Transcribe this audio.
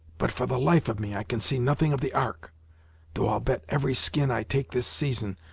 but for the life of me i can see nothing of the ark though i'll bet every skin i take this season,